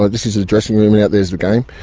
ah this is a dressing room and out there is the game.